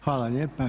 Hvala lijepo.